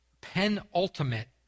penultimate